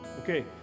Okay